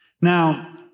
Now